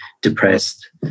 depressed